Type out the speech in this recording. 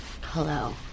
Hello